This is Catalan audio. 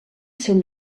seu